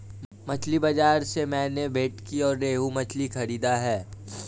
मछली बाजार से मैंने भेंटकी और रोहू मछली खरीदा है